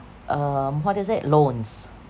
um what is it loans